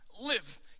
live